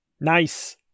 Nice